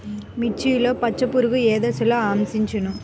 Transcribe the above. మిర్చిలో పచ్చ పురుగు ఏ దశలో ఆశించును?